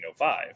1905